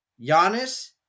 Giannis